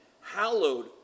hallowed